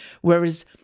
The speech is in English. Whereas